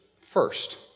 first